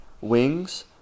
wings